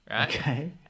Okay